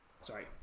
Sorry